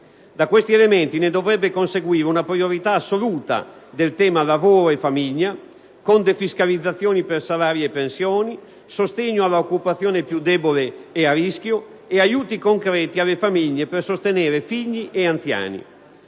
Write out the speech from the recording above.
Da questi elementi dovrebbe conseguire una priorità assoluta del tema lavoro e famiglia, con defiscalizzazioni per salari e pensioni, sostegno all'occupazione più debole ed a rischio e aiuti concreti alle famiglie per sostenere figli ed anziani.